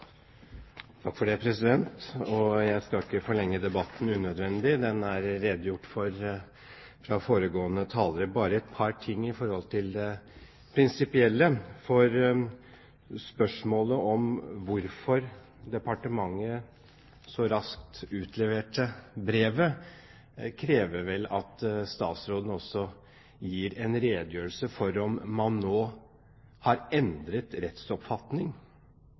det redegjort for av foregående talere. Bare et par ting i forhold til det prinsipielle: Spørsmålet om hvorfor departementet så raskt utleverte brevet, krever vel at statsråden også gir en redegjørelse for om man nå har endret rettsoppfatning